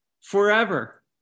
Forever